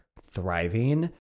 thriving